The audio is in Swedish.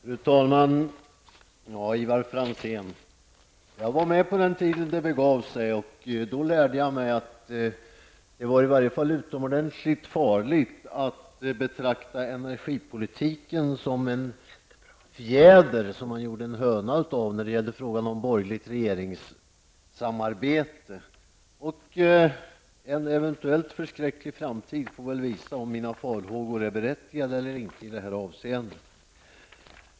Fru talman! Jag var, Ivar Franzén, med på den tiden då det begav sig. Då lärde jag mig att när det gäller frågan om borgerligt regeringssamarbete var det i varje fall utomordentligt farligt att betrakta energipolitiken som en fjäder som man gjorde en höna av. En eventuellt förskräcklig framtid får väl visa om mina farhågor denna gång är berättigade i detta avseende.